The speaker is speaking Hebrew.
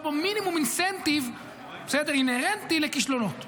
בו מינימום אינסנטיב אינהרנטי לכישלונות,